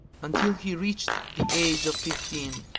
until he reached the age of fifteen.